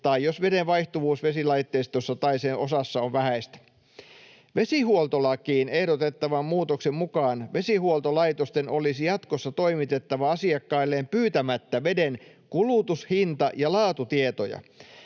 tai jos veden vaihtuvuus vesilaitteistossa tai sen osassa on vähäistä. Vesihuoltolakiin ehdotettavan muutoksen mukaan vesihuoltolaitosten olisi jatkossa toimitettava asiakkailleen pyytämättä veden kulutus-, hinta- ja laatutietoja.